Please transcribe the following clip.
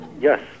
Yes